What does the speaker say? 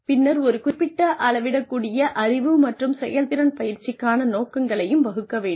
பின்னர் ஒரு குறிப்பிட்ட அளவிடக்கூடிய அறிவு மற்றும் செயல்திறன் பயிற்சிக்கான நோக்கங்களை வகுக்க வேண்டும்